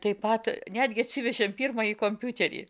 taip pat netgi atsivežėm pirmąjį kompiuterį